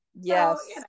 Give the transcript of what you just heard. yes